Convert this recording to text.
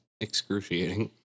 excruciating